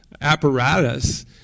apparatus